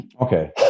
Okay